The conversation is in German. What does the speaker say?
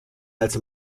als